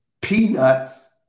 peanuts